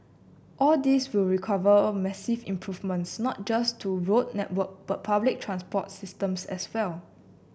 all this will recover massive improvements not just to road network but public transport systems as well